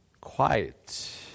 quiet